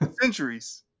Centuries